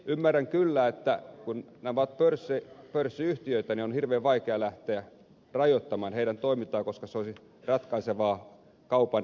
ymmärrän kyllä että kun ne ovat pörssiyhtiöitä niin on hirveän vaikea lähteä rajoittamaan niiden toimintaa koska se olisi ratkaisevaa kaupan rajoittamista